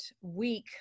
week